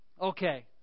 Okay